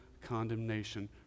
condemnation